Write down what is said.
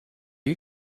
you